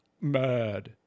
mad